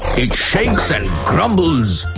it shakes and grumbles!